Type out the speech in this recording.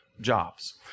jobs